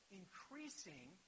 increasing